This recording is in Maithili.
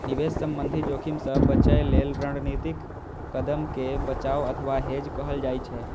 निवेश संबंधी जोखिम सं बचय लेल रणनीतिक कदम कें बचाव अथवा हेज कहल जाइ छै